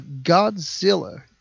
Godzilla